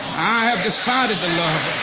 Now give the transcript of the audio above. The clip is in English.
i have decided to love.